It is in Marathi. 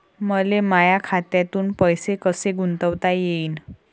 मले माया खात्यातून पैसे कसे गुंतवता येईन?